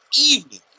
evening